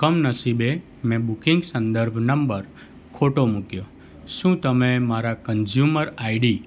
કમનસીબે મેં બુકિંગ સંદર્ભ નંબર ખોટો મૂક્યો શું તમે મારા કન્ઝ્યુમર આઈડી